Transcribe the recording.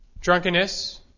Drunkenness